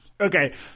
Okay